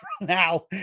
now